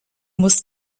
muss